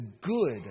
good